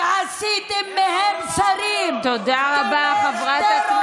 מה אמר, תודה רבה.